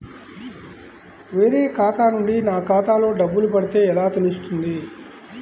వేరే ఖాతా నుండి నా ఖాతాలో డబ్బులు పడితే ఎలా తెలుస్తుంది?